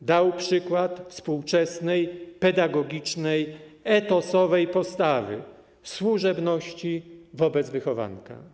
dał przykład współczesnej pedagogicznej, etosowej postawy służebności wobec wychowanka.